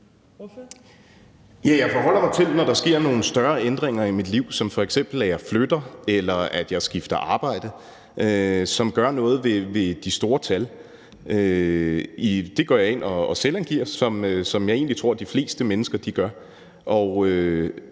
jeg forholder mig til, når der sker nogle større ændringer i mit liv, f.eks. at jeg flytter, eller at jeg skifter arbejde, som gør noget ved de store tal. Det går jeg ind og selvangiver, som jeg egentlig tror de fleste mennesker gør.